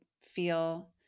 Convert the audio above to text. feel